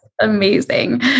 Amazing